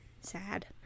Sad